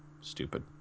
stupid